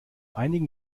einigen